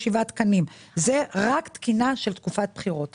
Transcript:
זו רק תקינה של תקופת בחירות.